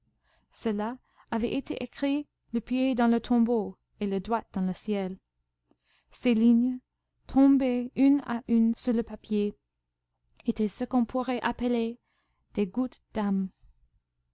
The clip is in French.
cela avait été écrit le pied dans le tombeau et le doigt dans le ciel ces lignes tombées une à une sur le papier étaient ce qu'on pourrait appeler des gouttes d'âme